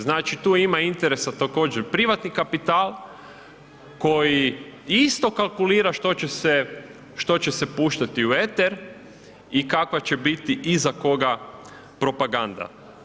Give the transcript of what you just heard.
Znači tu ima interesa također privatni kapital koji isto kalkulira što će se puštati u eter i kakva će biti i za koga propaganda.